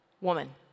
woman